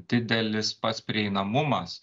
didelis pats prieinamumas